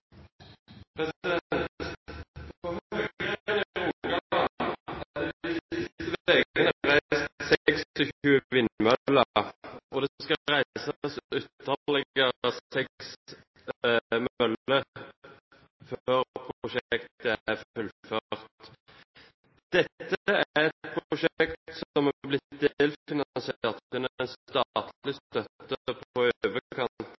vindmøller, og det skal reises ytterligere seks møller før prosjektet er fullført. Dette er et prosjekt som er blitt delfinansiert gjennom en statlig støtte på i overkant